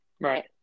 Right